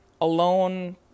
alone